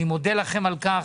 ואני מודה לכם על כך.